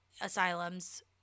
asylums